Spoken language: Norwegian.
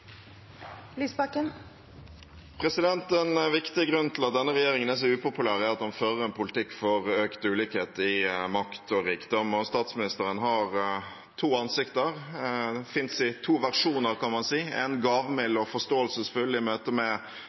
En viktig grunn til at denne regjeringen er så upopulær, er at den fører en politikk for økt ulikhet i makt og rikdom. Statsministeren har to ansikter, finnes i to versjoner, kan man si: en gavmild og forståelsesfull i møte